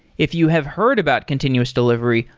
if you have heard about continuous delivery,